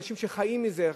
אנשים שחיים מזה.